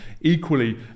Equally